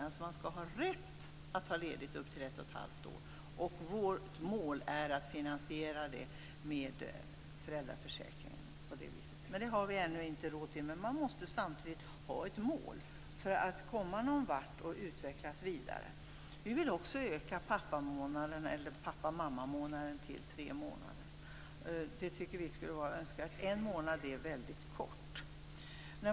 Man skall alltså ha rätt att ta ledigt i upp till ett och ett halvt år. Miljöpartiets mål är att finansiera det med föräldraförsäkringen. Det har vi ännu inte råd till, men man måste ju ha ett mål för att komma någon vart och utvecklas vidare. Inom Miljöpartiet vill vi också öka pappamamma-månaden till tre månader. Det tycker vi skulle vara önskvärt. En månad är väldigt kort.